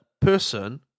person